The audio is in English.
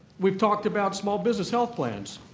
we've talked about small business health plans.